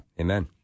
Amen